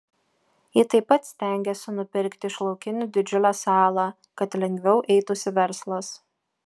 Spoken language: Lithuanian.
ji taip pat stengiasi nupirkti iš laukinių didžiulę salą kad lengviau eitųsi verslas